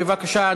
בבקשה,